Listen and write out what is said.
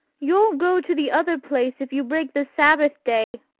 you'll go to the other place if you break the sabbath day,